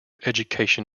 education